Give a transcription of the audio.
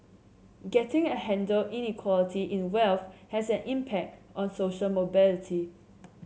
getting a handle Inequality in wealth has an impact on social mobility